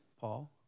Paul